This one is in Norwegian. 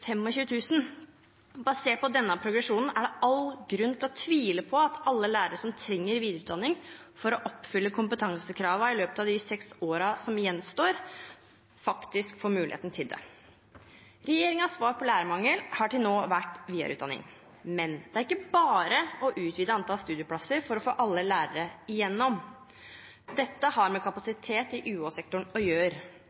Basert på denne progresjonen er det all grunn til å tvile på at alle lærere som trenger videreutdanning for å oppfylle kompetansekravene i løpet av de seks årene som gjenstår, faktisk får muligheten til det. Regjeringens svar på lærermangelen har til nå være videreutdanning. Men det er ikke bare å utvide antall studieplasser for å få alle lærere igjennom. Dette har med